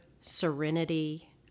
serenity